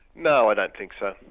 no, i don't think so.